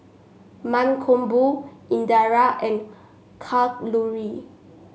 Mankombu Indira and Kalluri